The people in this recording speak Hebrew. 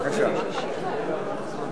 רבותי השרים,